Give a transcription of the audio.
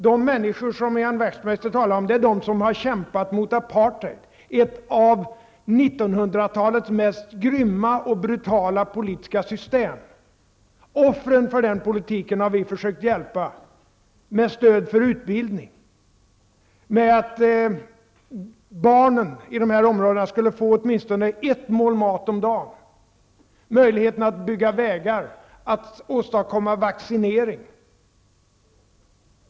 De människor som Ian Wachtmeister har talat om är de människor som har kämpat mot apartheid, som är ett av 1900-talets mest grymma och brutala politiska system. Offren för den politiken har vi försökt hjälpa med stöd för utbildning. Barnen i dessa områden skulle få åtminstone ett mål mat om dagen, man skulle få möjlighet att bygga vägar och att åstadkomma vaccinering.